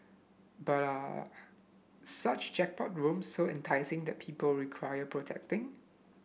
but are such jackpot rooms so enticing that people require protecting